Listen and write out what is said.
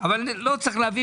אבל לא צריך להביא,